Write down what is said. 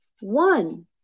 one